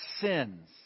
sins